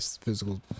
physical